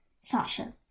Sasha